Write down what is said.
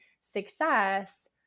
success